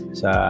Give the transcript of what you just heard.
sa